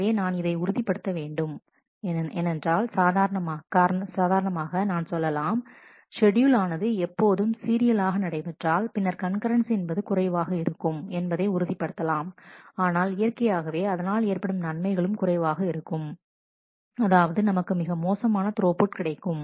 எனவே நான் இதை உறுதிப்படுத்த வேண்டும் என்றால் காரணமாக நான் சொல்லலாம் ஷெட்யூல் ஆனது எப்போதுமே சீரியலாக நடைபெற்றால் பின்னர் கண்கரன்சி என்பது குறைவாக இருக்கும் என்பதை உறுதிப்படுத்தலாம் ஆனால் இயற்கையாகவே அதனால் ஏற்படும் நன்மைகளும் குறைவாகவே இருக்கும் அதாவது நமக்கு மிக மோசமான த்ரோபுட் கிடைக்கும்